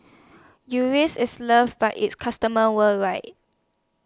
Eucerin IS loved By its customers worldwide